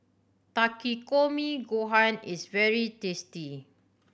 Takikomi Gohan is very tasty